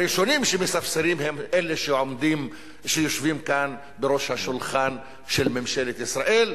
הראשונים שמספסרים הם אלה שיושבים כאן בראש השולחן של ממשלת ישראל,